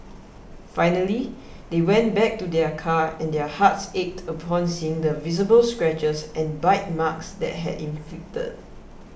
finally they went back to their car and their hearts ached upon seeing the visible scratches and bite marks that had inflicted